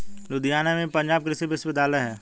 लुधियाना में भी पंजाब कृषि विश्वविद्यालय है